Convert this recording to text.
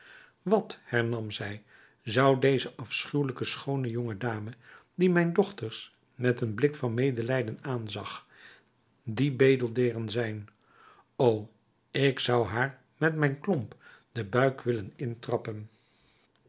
wat hernam zij zou deze afschuwelijke schoone jonge dame die mijn dochters met een blik van medelijden aanzag die bedeldeern zijn o ik zou haar met mijn klomp den buik willen intrappen